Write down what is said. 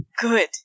good